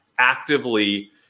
actively